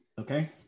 Okay